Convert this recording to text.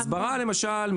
הסברה למשל,